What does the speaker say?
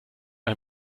ein